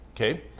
Okay